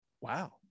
wow